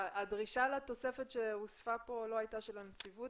הדרישה לתוספת שהוספה כאן לא הייתה של הנציבות,